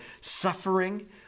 suffering